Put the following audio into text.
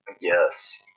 Yes